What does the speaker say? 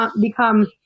become